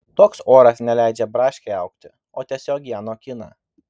toks oras neleidžia braškei augti o tiesiog ją nokina